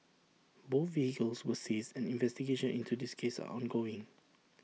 both vehicles were seized and investigations into this case are ongoing